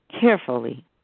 carefully